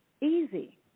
Easy